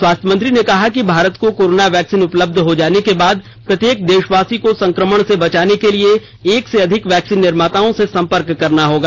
स्वास्थ्य मंत्री ने कहा कि भारत को कोरोना वैक्सीन उपलब्ध हो जाने के बाद प्रत्येक देशवासी को संक्रमण से बचाने के लिए एक से अधिक वैक्सीन निर्माताओं से संपर्क करना होगा